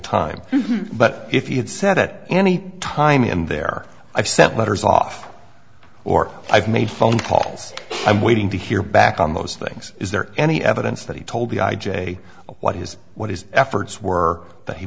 time but if he had said at any time in there i've sent letters off or i've made phone calls i'm waiting to hear back on those things is there any evidence that he told the i j a what his what his efforts were that he